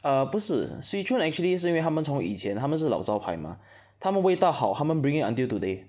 err 不是 Swee-Choon actually 是因为他们从以前他们是老招牌 mah 他们味道好他们 bring it until today